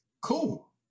Cool